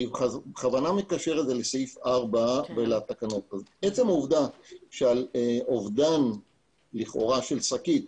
אני בכוונה מקשר את זה לתקנה 4. עצם העובדה שעל אובדן לכאורה של שקית,